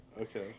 okay